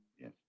Yes